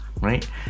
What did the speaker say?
Right